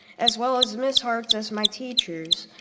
as well as miss harts as my teachers.